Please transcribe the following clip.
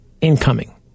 incoming